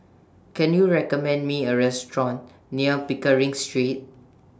Can YOU recommend Me A Restaurant near Pickering Street